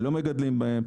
שלא מגדלים בהם.